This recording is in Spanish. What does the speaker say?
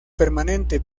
permanente